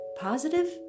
positive